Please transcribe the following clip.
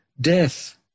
death